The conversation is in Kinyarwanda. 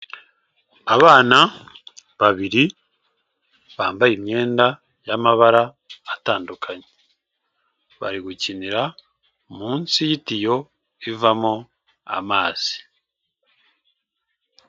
Abana babiri bambaye imyenda y'amabara atandukanye, bari gukinira munsi y'itiyo ivamo amazi.